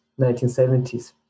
1970s